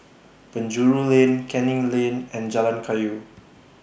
Penjuru Lane Canning Lane and Jalan Kayu